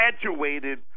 graduated